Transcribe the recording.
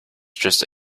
just